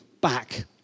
back